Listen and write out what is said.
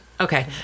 Okay